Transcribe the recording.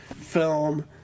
film